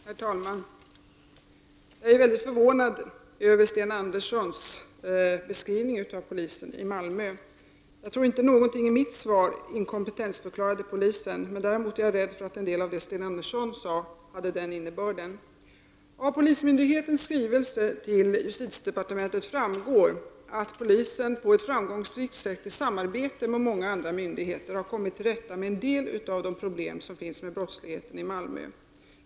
Herr talman! Jag är mycket förvånad över Sten Anderssons beskrivning av polisen i Malmö. Jag tror inte någonting i mitt svar inkompetensförklarade polisen, men däremot är jag rädd för att en del av det som Sten Andersson sade hade den innebörden. Av polismyndighetens skrivelse till justitiedepartementet framgår att polisen på ett framgångsrikt sätt i samarbete med många andra myndigheter har kommit till rätta med en del av de problem som finns med brottsligheten i Malmö.